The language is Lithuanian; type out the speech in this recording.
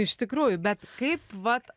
iš tikrųjų bet kaip vat